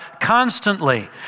constantly